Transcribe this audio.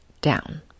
down